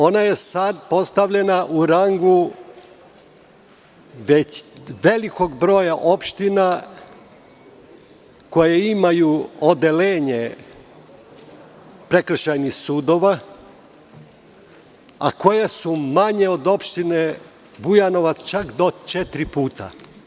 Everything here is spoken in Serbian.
Ona je sada postavljena u rangu već velikog broja opština koje imaju odeljenje prekršajnih sudova, a koje su manje od opštine Bujanovac čak do četiri puta.